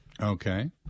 Okay